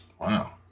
Wow